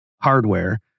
hardware